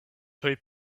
tuj